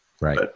Right